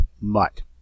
MUT